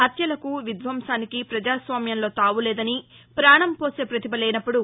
హత్యలకు విధ్వంసానికి పజాస్వామ్యంలో తావులేదని పాణం పోసే పతిభ లేనప్పుడు